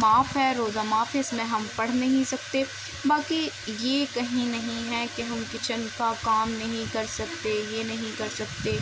معاف ہے روزہ معاف اس میں ہم پڑھ نہیں سکتے باقی یہ کہیں نہیں ہے کہ ہم کچن کا کام نہیں کر سکتے یہ نہیں کر سکتے